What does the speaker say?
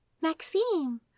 Maxime